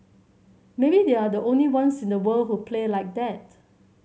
maybe they're the only ones in the world who play like that